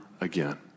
again